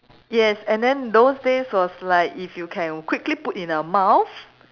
yes and then those days was like if you can quickly put in your mouth